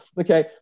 Okay